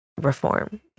reform